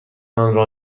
آنرا